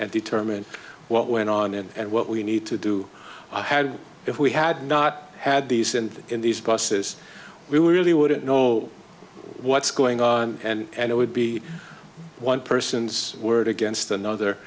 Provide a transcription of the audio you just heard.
and determine what went on and what we need to do i had if we had not had these and in these buses we were really wouldn't know what's going on and it would be one person's word against another